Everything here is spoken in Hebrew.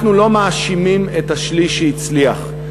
אנחנו לא מאשימים את השליש שהצליח.